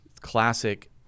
Classic